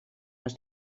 les